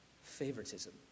favoritism